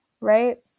right